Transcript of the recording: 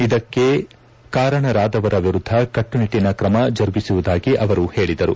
ಇದಕ್ಕೆ ಕಾರಣಾದವರ ವಿರುದ್ದ ಕಟ್ಟುನಿಟ್ಟಿನ ಕ್ರಮ ಜರುಗಿಸುವುದಾಗಿ ಅವರು ಹೇಳಿದರು